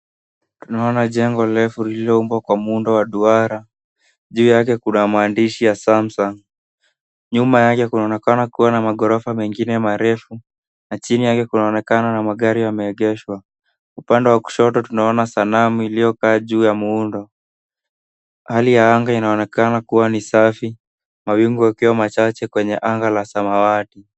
Tunaona jengo refu lililoundwa kwa muundo wa duara. Juu yake ku na maandishi ya samsung. Nyuma yake kunaonekana kuwa na maghorofa mengine marefu na chini yake kunaonekana kuna magari yameegeshwa. Upande wa kushoto tunaona sanamu iliyokaa juu ya muundo. Hali ya anga inaonekana kuwa ni safi mawingu yakiwa machache kweney anga la samawati.